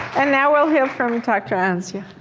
and now we'll hear from doctor anzia.